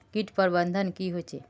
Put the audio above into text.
किट प्रबन्धन की होचे?